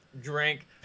drink